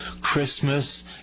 Christmas